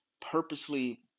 purposely